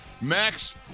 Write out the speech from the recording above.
Max